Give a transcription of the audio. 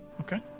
Okay